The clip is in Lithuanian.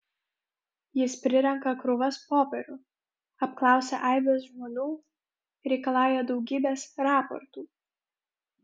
jis prirenka krūvas popierių apklausia aibes žmonių reikalauja daugybės raportų